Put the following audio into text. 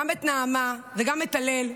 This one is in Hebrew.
גם את נעמה וגם את הלל,